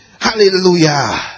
Hallelujah